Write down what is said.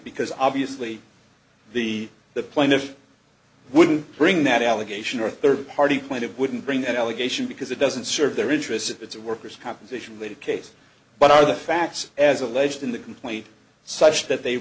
because obviously the the plaintiff wouldn't bring that allegation or third party point of wouldn't bring an allegation because it doesn't serve their interests if it's a worker's compensation related case but are the facts as alleged in the complaint such that they